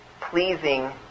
pleasing